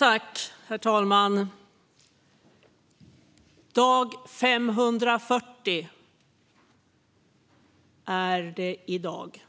Herr talman! I dag är det dag 540.